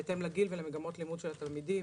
בהתאם לגיל ולמגמות הלימוד של התלמידים,